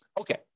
Okay